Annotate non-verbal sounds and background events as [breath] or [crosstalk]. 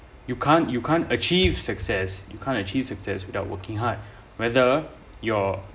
you can't you can't achieve success you can't achieve success without working hard [breath] whether you're